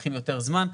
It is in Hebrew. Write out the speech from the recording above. לוקחים קצת יותר זמן,